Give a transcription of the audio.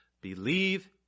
Believe